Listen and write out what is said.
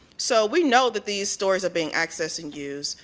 so we know that these stories are being accessed and used.